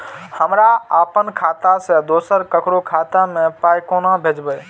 हमरा आपन खाता से दोसर ककरो खाता मे पाय कोना भेजबै?